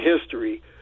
history